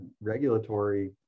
regulatory